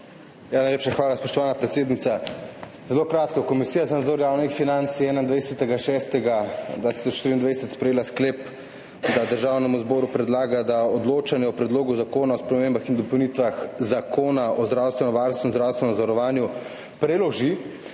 Najlepša hvala, spoštovana predsednica. Zelo na kratko. Komisija za nadzor javnih financ je 21. 6. 2023 sprejela sklep, da Državnemu zboru predlaga, da odločanje o Predlogu zakona o spremembah in dopolnitvah Zakona o zdravstvenem varstvu in zdravstvenem zavarovanju preloži,